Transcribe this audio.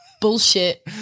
Bullshit